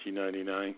1999